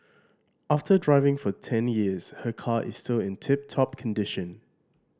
after driving for ten years her car is still in tip top condition